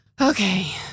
Okay